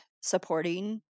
supporting